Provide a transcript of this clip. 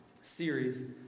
series